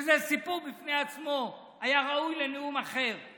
שזה סיפור בפני עצמו, שהיה ראוי לנאום אחר.